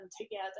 together